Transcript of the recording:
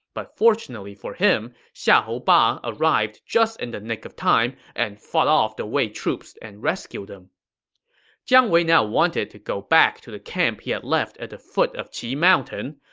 but fortunately for him, xiahou ba arrived just in the nick of time and fought off the wei troops and rescued him jiang wei now wanted to go back to the camp he had left at the foot of qi mountain,